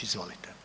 Izvolite.